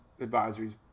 advisories